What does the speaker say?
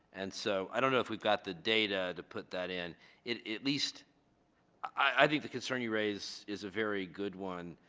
and so i don't know if we've got the data to put that in it at least i think the concern you raised is a very good one